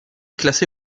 classées